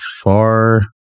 far